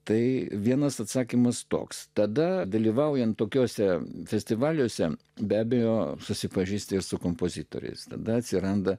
tai vienas atsakymas toks tada dalyvaujant tokiuose festivaliuose be abejo susipažįsti su kompozitoriais tada atsiranda